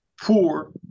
poor